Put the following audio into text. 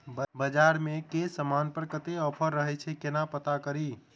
बजार मे केँ समान पर कत्ते ऑफर रहय छै केना पत्ता कड़ी?